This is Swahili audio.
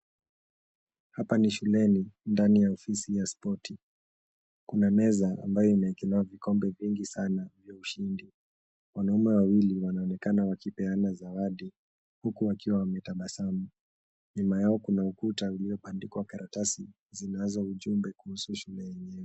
Hapa ni shuleni ndani ya ofisi ya spoti, kuna meza ambayo imewekelewa vikombe vingi sana vya ushindi. wanaume wawili wanaonekana wakipeana zawadi huku wakiwa wametabasamu, nyuma yao kuna ukuta iliyopandikwa karatasi zinazo ujumbe kuhusu shule yenyewe.